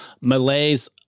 Malay's